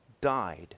died